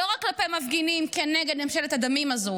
לא רק כלפי המפגינים נגד ממשלת הדמים הזו,